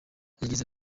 yagize